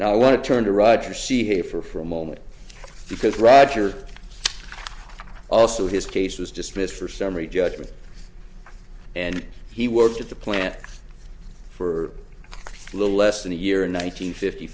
now i want to turn to roger c here for for a moment because roger also his case was dismissed for summary judgment and he worked at the plant for a little less than a year in one thousand fifty